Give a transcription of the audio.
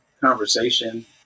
conversation